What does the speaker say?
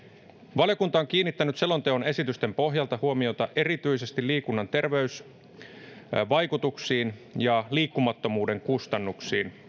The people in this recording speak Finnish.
valiokunta on kiinnittänyt selonteon esitysten pohjalta huomiota erityisesti liikunnan terveysvaikutuksiin ja liikkumattomuuden kustannuksiin